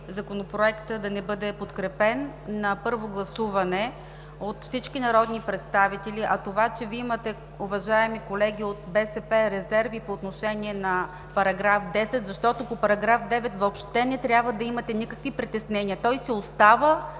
Законопроектът да не бъде подкрепен на първо гласуване от всички народни представители. А това, че Вие имате, уважаеми колеги от БСП, резерви по отношение на § 10 – защото по § 9 въобще не трябва да имате никакви притеснения, той си остава